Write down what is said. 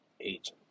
agent